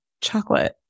chocolate